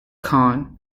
kan